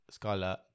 skylar